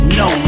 no